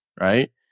right